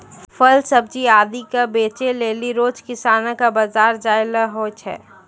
फल सब्जी आदि क बेचै लेलि रोज किसानो कॅ बाजार जाय ल होय छै